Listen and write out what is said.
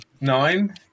nine